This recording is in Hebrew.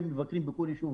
הם מבקרים בכל ישוב,